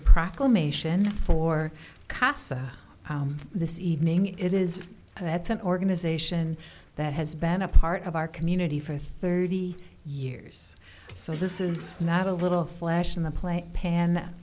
proclamation for casa this evening it is and that's an organization that has been a part of our community for thirty years so this is not a little flash in the play